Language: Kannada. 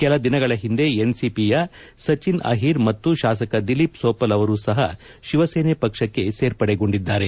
ಕೆಲ ದಿನಗಳ ಹಿಂದೆ ಎನ್ಸಿಪಿಯ ಸಚಿನ್ ಅಹೀರ್ ಮತ್ತು ಶಾಸಕ ದಿಲೀಪ್ ಸೋಪಲ್ ಅವರು ಸಹ ಶಿವಸೇನೆ ಪಕ್ಷಕ್ಕೆ ಸೇರ್ಪಡೆಗೊಂಡಿದ್ದಾರೆ